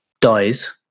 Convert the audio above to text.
dies